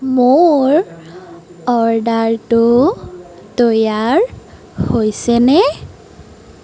মোৰ অৰ্ডাৰটো তৈয়াৰ হৈছেনে